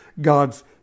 God's